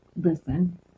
listen